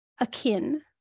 Akin